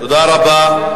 תודה רבה.